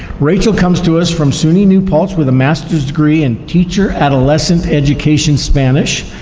rachel comes to us from suny new paltz with a masters degree in teacher adolescent education spanish,